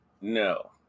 No